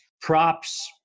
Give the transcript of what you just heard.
props